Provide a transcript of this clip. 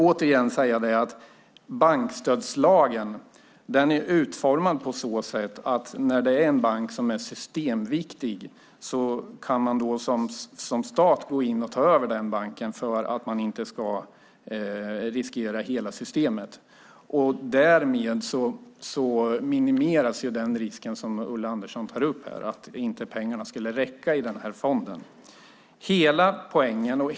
Återigen: Bankstödslagen är utformad så att staten när det gäller en systemviktig bank kan gå in och ta över den banken för att inte riskera hela systemet. Därmed minimeras den risk Ulla Andersson tar upp, nämligen att pengarna i denna fond inte skulle räcka.